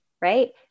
right